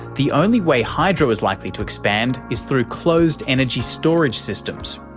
the only way hydro is likely to expand is through closed energy storage systems.